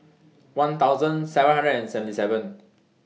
one thousand seven hundred and seventy seven